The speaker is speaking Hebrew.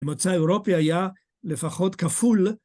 למוצא אירופי היה לפחות כפול.